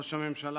ראש הממשלה